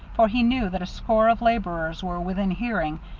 for he knew that a score of laborers were within hearing,